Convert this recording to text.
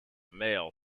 male